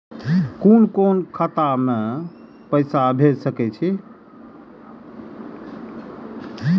कुन कोण खाता में पैसा भेज सके छी?